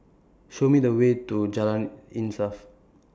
Show Me The Way to Jalan Insaf